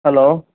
hello